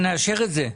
שנאשר את זה?